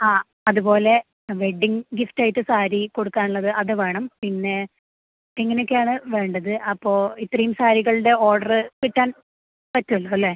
ആ അതുപോലെ വെഡ്ഡിംഗ് ഗിഫ്റ്റായിട്ട് സാരി കൊടുക്കാനുള്ളത് അത് വേണം പിന്നെ ഇങ്ങനൊക്കെയാണ് വേണ്ടത് അപ്പോള് ഇത്രയും സാരികളുടെ ഓർഡര് കിട്ടാൻ പറ്റുമല്ലോ അല്ലേ